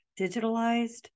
digitalized